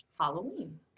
Halloween